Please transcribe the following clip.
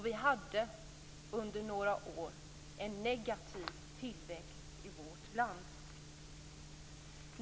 Vi hade under några år en negativ tillväxt i vårt land.